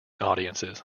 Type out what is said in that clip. audiences